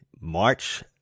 March